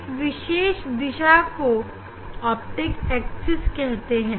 इस विशेष दिशा को ऑप्टिक एक्सिस कहते हैं